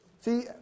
See